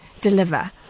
deliver